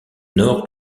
nord